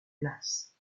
place